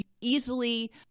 easily